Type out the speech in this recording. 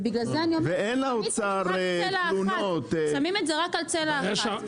ובגלל זה אני אומרת שמים את זה רק על צלע אחת.